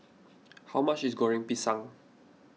how much is Goreng Pisang